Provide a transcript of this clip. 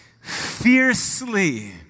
fiercely